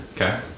Okay